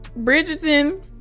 Bridgerton